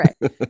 right